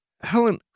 Helen